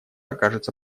окажется